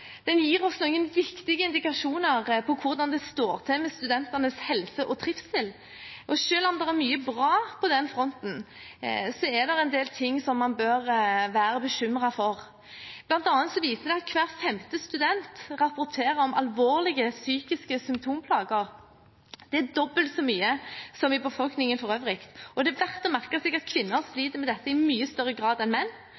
den såkalte SHoT-undersøkelsen offentliggjort. Den gir oss noen viktige indikasjoner på hvordan det står til med studentenes helse og trivsel. Selv om det er mye bra på den fronten, er det en del ting man bør være bekymret for. Blant annet viser undersøkelsen at hver femte student rapporterer om alvorlige psykiske symptomplager. Dette er dobbelt så mye som i befolkningen for øvrig. Det er verdt å merke seg at kvinner